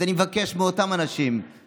אז אני מבקש מאותם אנשים,